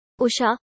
Usha